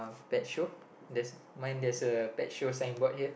bed show that's mine that's a bed show sign board here